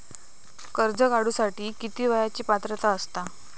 कर्ज काढूसाठी किती वयाची पात्रता असता?